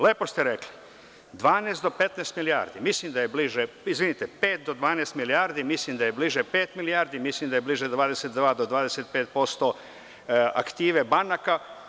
Lepo ste rekli, 12 do 15 milijardi, mislim da je bliže, izvinite, pet do 12 milijardi, mislim da je bliže pet milijardi, mislim da je bliže 22% do 25% aktive banaka.